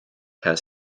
has